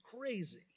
crazy